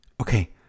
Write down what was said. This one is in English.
Okay